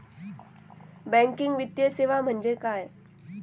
Banking वित्तीय सेवा म्हणजे काय?